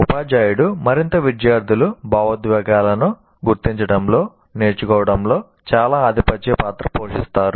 ఉపాధ్యాయుడు మరియు విద్యార్థులు భావోద్వేగాలను గుర్తించడంలో నేర్చుకోవడంలో చాలా ఆధిపత్య పాత్ర పోషిస్తారు